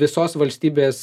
visos valstybės